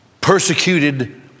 persecuted